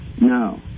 No